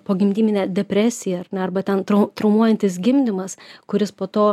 pogimdyminė depresija ar ne arba ten traumuojantis gimdymas kuris po to